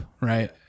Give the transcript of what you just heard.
Right